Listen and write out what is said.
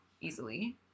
easily